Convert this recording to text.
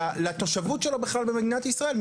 לתושבות שלו במדינת ישראל?